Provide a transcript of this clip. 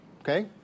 Okay